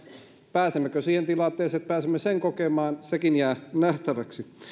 pääsemmekö siihen tilanteeseen että pääsemme sen kokemaan sekin jää nähtäväksi